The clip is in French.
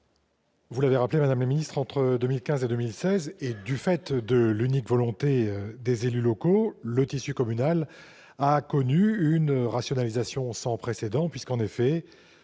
Vous l'avez rappelé, madame la ministre, entre 2015 et 2016, et du fait de l'unique volonté des élus locaux, le tissu communal a connu une rationalisation sans précédent : plus de